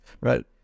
right